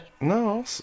no